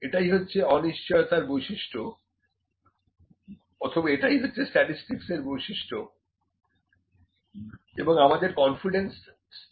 এটাই হচ্ছে অনিশ্চয়তার বৈশিষ্ট্য অথবা এটাই হচ্ছে স্ট্যাটিসটিকস এর বৈশিষ্ট্য এবং আমাদের কনফিডেন্স স্তর